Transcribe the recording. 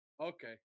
Okay